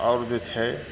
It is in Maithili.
आओर जे छै